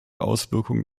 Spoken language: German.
auswirkungen